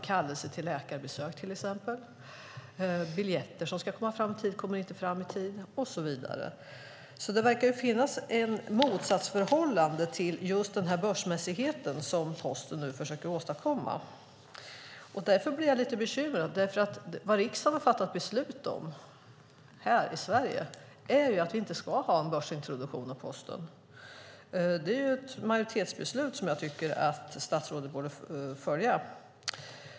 Kallelser till läkarbesök kommer inte fram, biljetter kommer inte fram i tid och så vidare. Det verkar alltså finnas ett motsatsförhållande när det gäller den börsmässighet som Posten nu försöker åstadkomma. Jag blir lite bekymrad, för riksdagen har fattat beslut om här i Sverige att vi inte ska ha en börsintroduktion av Posten. Det är ett majoritetsbeslut som jag tycker att statsrådet borde följa.